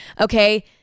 Okay